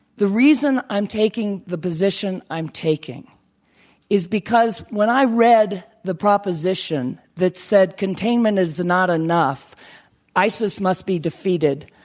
the reason i'm taking the position i'm taking is because when i read the proposition that said containment is not enough isis must be defeated,